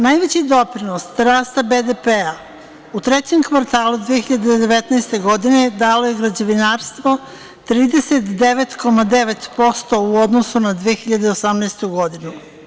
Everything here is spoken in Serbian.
Najveći doprinos rasta BDP u trećem kvartalu 2019. godine, dalo je građevinarstvo, 39,9% u odnosu na 2018. godine.